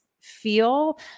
feel